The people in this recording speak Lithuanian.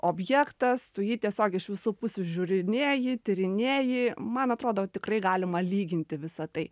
objektas tu jį tiesiog iš visų pusių žiūrinėji tyrinėji man atrodo tikrai galima lyginti visa tai